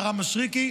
הרב מישרקי,